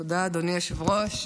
תודה, אדוני היושב-ראש.